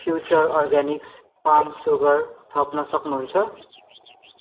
future organics palm sugar थप्न सक्नुहुन्छ